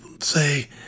say